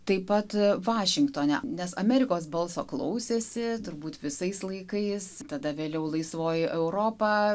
taip pat vašingtone nes amerikos balso klausėsi turbūt visais laikais tada vėliau laisvoji europa